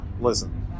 listen